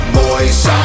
boys